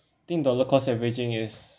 think dollar cost averaging is